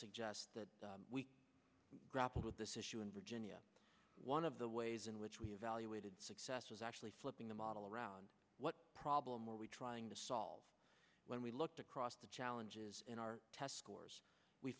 suggest that we grapple with this issue in virginia one of the ways in which we evaluated success is actually flipping the model around what problem are we trying to solve when we looked across the challenges in our test scores we